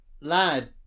lad